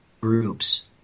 groups